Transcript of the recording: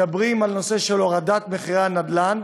מדברים על הנושא של הורדת מחירי הנדל"ן,